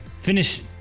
finish